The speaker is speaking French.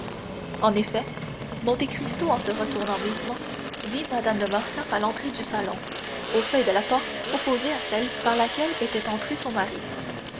en effet monte cristo en se retournant vivement vit mme de morcerf à l'entrée du salon au seuil de la porte opposée à celle par laquelle était entré son mari